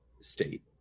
state